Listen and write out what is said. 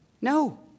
No